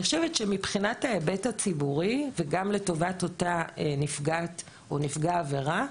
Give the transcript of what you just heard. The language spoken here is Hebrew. אני חושבת שמבחינת ההיבט הציבורי וגם לטובת אותה נפגעת או נפגע עבירה,